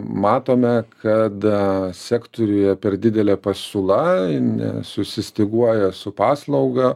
matome kad sektoriuje per didelė pasiūla nesusistyguoja su paslauga